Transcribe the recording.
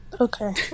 Okay